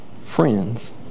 friends